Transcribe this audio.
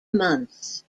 months